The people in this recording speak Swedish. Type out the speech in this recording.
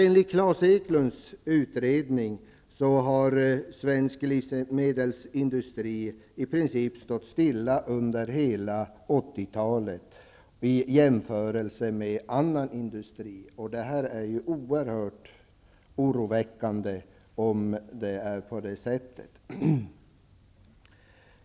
Enligt Klas Eklundhs utredning har svensk livsmedelsindustri i princip stått stilla under hela 1980-talet i jämförelse med annan industri. Om det är så är det ju oerhört oroväckande.